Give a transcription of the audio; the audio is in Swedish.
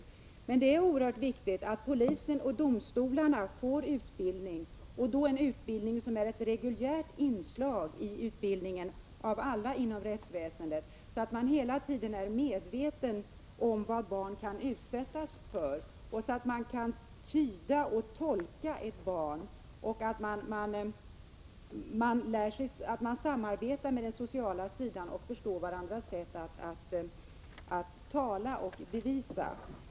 Måndagen den Men det är också oerhört viktigt att polisen och domstolarna — som 11 mars 1985 reguljärt inslag i utbildningen av alla inom rättsväsendet — får en utbildning så att man är medveten om vad barn kan utsättas för och så att man kan tyda och Om påföljden för tolka vad ett barn utsatts för. Det är också viktigt att man samarbetar med den sociala sidan så att man förstår varandras sätt att tala och bevisa.